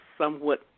somewhat